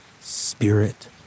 Spirit